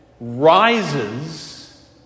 rises